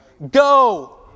go